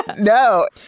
No